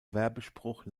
werbespruch